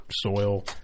soil